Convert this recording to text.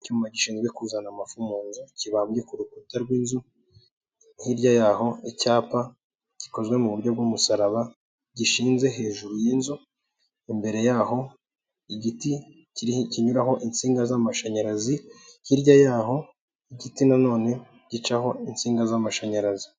Icyuma gishinzwe kuzana amafu munzu, kibambye ku rukuta rw'inzu, hirya yaho icyapa gikozwe mu buryo bw'umusaraba, gishinze hejuru y'inzu, imbere y'aho igiti kinyuraho insinga z'amashanyarazi, hirya yaho igiti nanone gicaho insinga z'amashanyarazi.